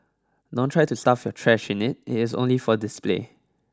don't try to stuff your trash in it it is only for display